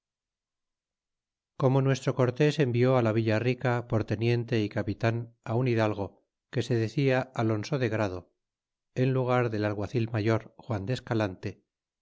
como nuestro cortés envió la villa rica por teniente y capitan un hidalgo que se decia alonso de grado en lugar del alguacil mayor juan de escalante